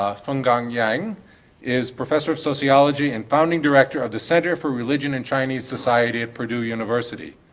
ah fenggang yang is professor of sociology and founding director of the center for religion and chinese society at purdue university.